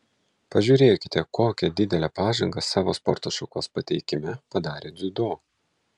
pažiūrėkite kokią didelę pažangą savo sporto šakos pateikime padarė dziudo